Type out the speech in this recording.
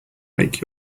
make